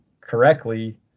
correctly